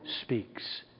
speaks